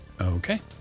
Okay